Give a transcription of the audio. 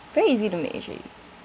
very easy to make actually